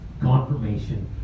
confirmation